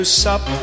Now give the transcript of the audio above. sup